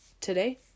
today